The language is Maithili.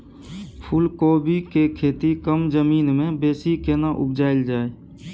फूलकोबी के खेती कम जमीन मे बेसी केना उपजायल जाय?